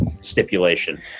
stipulation